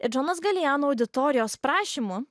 ir džonas galijano auditorijos prašymu